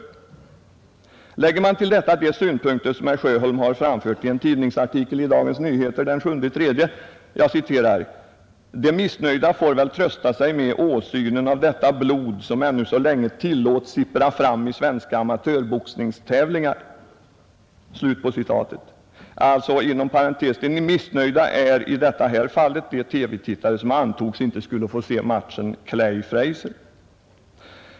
Till detta kan läggas de synpunkter som herr Sjöholm har framfört i en artikel i Dagens Nyheter den 7 mars: ”De missnöjda får väl trösta sig med åsynen av detta blod som ännu så länge tillåts sippra fram i svenska amatörboxningstävlingar.” Med de missnöjda avsåg herr Sjöholm i det här fallet de TV-tittare som antogs inte skulle få se matchen Clay - Frazier.